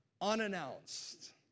unannounced